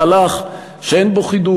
אנחנו עושים היום מהלך שאין בו חידוש,